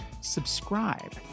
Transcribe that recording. subscribe